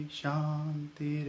Shanti